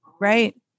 Right